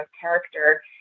character